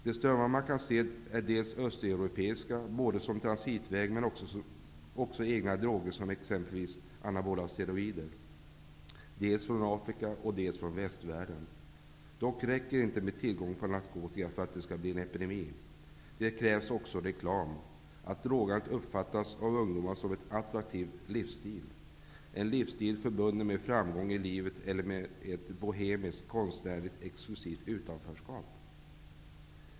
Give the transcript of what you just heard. De strömmar man kan se kommer dels från Östeuropa, som både är transitväg och har egna droger, som t.ex. anabola steroider, dels från Afrika, dels från västvärlden. Dock räcker det inte med tillgång på narkotika för att det skall bli en epidemi. Det krävs också reklam, att drogandet uppfattas av ungdomarna som en attraktiv livsstil -- en livsstil förbunden med framgång i livet eller med ett bohemiskt, konstnärligt exklusivt utanförskap.